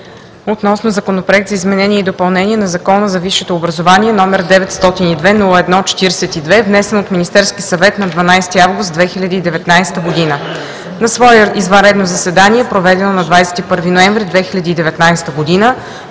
относно Законопроект за изменение и допълнение на Закона за висшето образование, № 902-01-42, внесен от Министерски съвет на 12 август 2019 г. На свое извънредно заседание, проведено на 21 ноември 2019 г.,